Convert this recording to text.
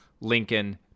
Lincoln